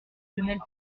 lionel